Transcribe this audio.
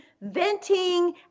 venting